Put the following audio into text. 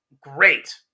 great